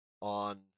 on